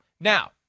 Now